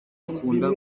akunda